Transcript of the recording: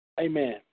Amen